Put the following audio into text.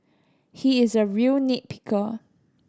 he is a real nit picker